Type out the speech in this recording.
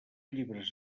llibres